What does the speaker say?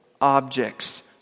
objects